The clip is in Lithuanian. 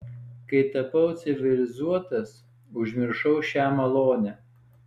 kai tapau civilizuotas užmiršau šią malonę